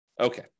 Okay